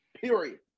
period